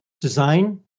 design